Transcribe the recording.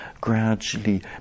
gradually